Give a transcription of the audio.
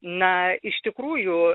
na iš tikrųjų